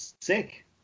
sick